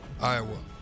Iowa